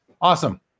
awesome